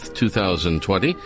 2020